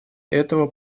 этого